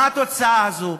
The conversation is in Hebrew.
מה התוצאה הזו?